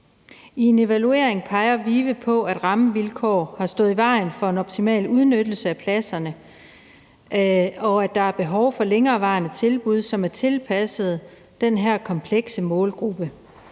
I en evaluering peger VIVE på, at rammevilkår har stået i vejen for en optimal udnyttelse af pladserne, og at der er behov for længerevarende tilbud, som er tilpasset den her komplekse målgruppe,